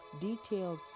detailed